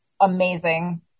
amazing